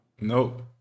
Nope